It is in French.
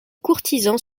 courtisans